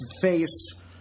face